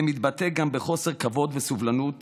זה מתבטא גם בחוסר כבוד וסובלנות